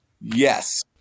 Yes